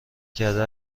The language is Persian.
کرده